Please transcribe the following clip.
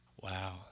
Wow